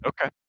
Okay